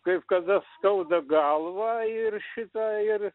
kaip kada skauda galvą ir šitą ir